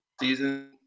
season